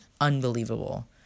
Unbelievable